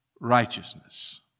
righteousness